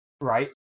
right